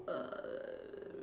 err